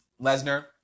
Lesnar